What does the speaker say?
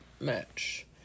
match